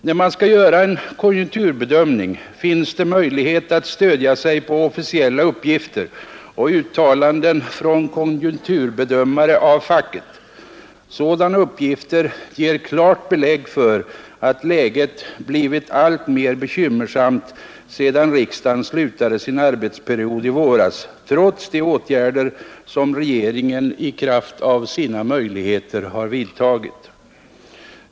När man skall göra en konjunkturbedömning finns det möjlighet att stödja sig på officiella uppgifter och uttalanden från konjunkturbedömare av facket. Sådana uppgifter ger klart belägg för att läget blivit alltmer bekymmersamt sedan riksdagen slutade sin arbetsperiod i våras, trots de åtgärder som regeringen i kraft av sina möjligheter vidtagit.